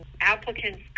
applicants